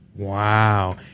Wow